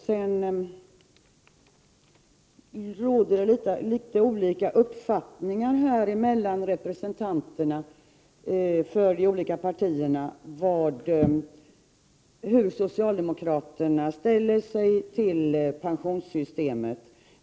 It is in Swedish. Det råder litet olika uppfattningar hos representanterna för de olika partierna om hur socialdemokraterna ställer sig till pensionssystemet.